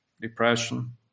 depression